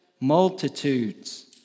multitudes